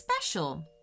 special